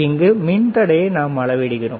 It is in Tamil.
இங்கு மின்தடையை நாம் அளவிடுகிறோம்